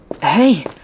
Hey